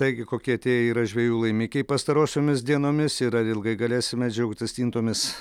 taigi kokie tie yra žvejų laimikiai pastarosiomis dienomis ir ar ilgai galėsime džiaugtis stintomis